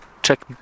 check